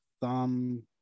thumb